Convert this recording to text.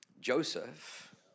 Joseph